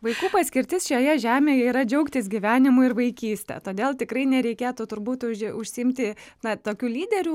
vaikų paskirtis šioje žemėje yra džiaugtis gyvenimu ir vaikyste todėl tikrai nereikėtų turbūt uži užsiimti na tokių lyderių